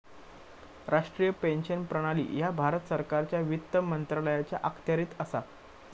राष्ट्रीय पेन्शन प्रणाली ह्या भारत सरकारच्या वित्त मंत्रालयाच्या अखत्यारीत असा